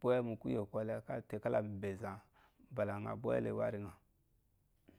bwele mukuye kole kalami be eza ubalanya bwele gba li nye gi